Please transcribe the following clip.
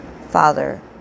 Father